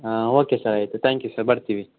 ಹಾಂ okay sir ಆಯಿತು thank you sir ಬರ್ತೀವಿ